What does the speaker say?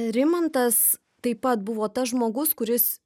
rimantas taip pat buvo tas žmogus kuris